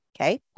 Okay